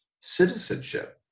citizenship